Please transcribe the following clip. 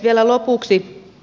vielä lopuksi